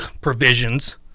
provisions